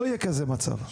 לא יהיה כזה מצב.